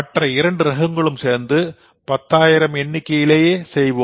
மற்ற இரண்டு ரகங்களும்சேர்ந்து 10000 எண்ணிக்கையில் செய்வோம்